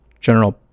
general